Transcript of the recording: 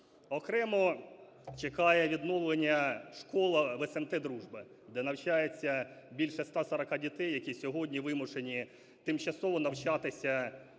Окремо чекає відновлення школа в смт Дружба, де навчається більше 140 дітей, які сьогодні вимушені тимчасово навчатися в